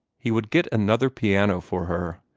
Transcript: he would get another piano for her,